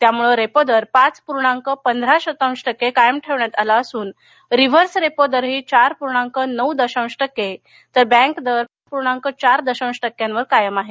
त्यामुळे रेपो दर पाच पूर्णांक पंधरा शतांश टक्के कायम ठेवण्यात आला असून रिव्हर्स रेपो दरही चार पूर्णांक नऊ दशांश टक्के तर बँक दर पाच पूर्णाक चार दशांश टक्क्यांवर कायम आहेत